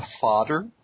fodder